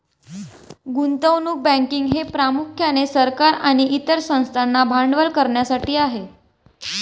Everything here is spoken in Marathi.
गुंतवणूक बँकिंग हे प्रामुख्याने सरकार आणि इतर संस्थांना भांडवल करण्यासाठी आहे